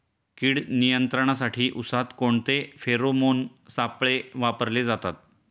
कीड नियंत्रणासाठी उसात कोणते फेरोमोन सापळे वापरले जातात?